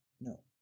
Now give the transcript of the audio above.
no